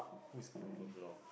who's